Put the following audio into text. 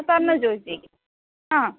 പറഞ്ഞോ ജോജി ആ